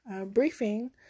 briefing